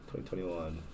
2021